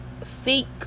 seek